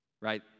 Right